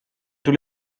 tous